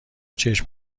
چشم